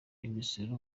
imisoro